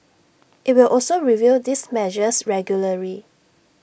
IT will also review these measures regularly